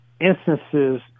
instances